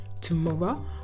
tomorrow